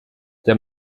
der